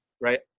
right